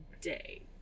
day